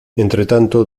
entretanto